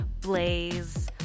blaze